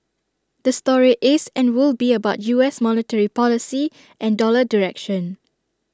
the story is and will be about U S monetary policy and dollar direction